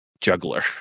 Juggler